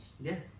Yes